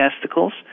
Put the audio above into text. testicles